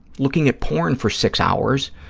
looking at porn for six hours,